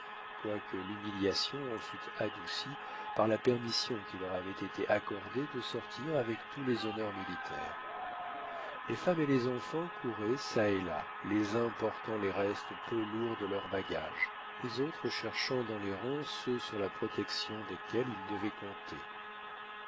quoique l'humiliation en fut adoucie par la permission qui leur avait été accordée de sortir avec tous les honneurs militaires les femmes et les enfants couraient çà et là les uns portant les restes peu lourds de leur bagage les autres cherchant dans les rangs ceux sur la protection desquels ils devaient compter